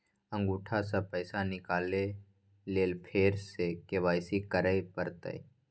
अंगूठा स पैसा निकाले लेल फेर स के.वाई.सी करै परतै?